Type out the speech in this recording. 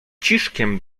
ciszkiem